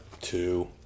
two